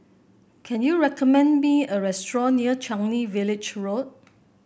can you recommend me a restaurant near Changi Village Road